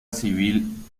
civil